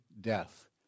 death